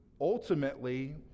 ultimately